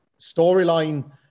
storyline